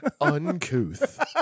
uncouth